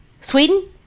Sweden